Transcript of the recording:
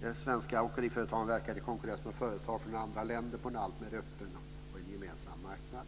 De svenska åkeriföretagen verkar i konkurrens med företag från andra länder på en alltmer öppen och gemensam marknad.